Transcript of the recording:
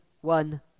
one